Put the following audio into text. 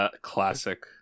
classic